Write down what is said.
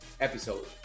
episode